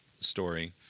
story